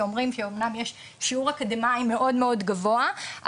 שאומרים שאמנם יש שיעור אקדמאים מאוד מאוד גבוהה,